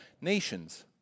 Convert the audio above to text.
nations